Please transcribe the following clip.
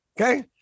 Okay